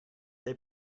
they